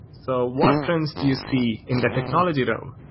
so what trends do you see in the technology realm?